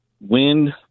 wind